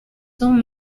soon